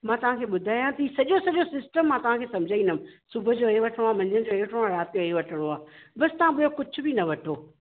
मां तव्हांखे ॿुधायां थी सॼो सॼो सिस्टम मां तव्हांखे सम्झाईंदमि सुबुह जो इहे वठणो आहे मंझंदि जो इहे वठणो आहे राति जो इहे वठणो आहे बसि तव्हां ॿियो कुझु बि न वठो हा